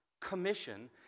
commission